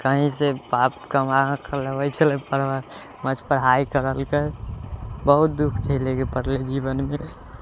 कहींसँ बाप कमाके लबै छलै ओकर बाद बस पढ़ाई करेलकै बहुत दुःख झेलेके पड़लै जीवनमे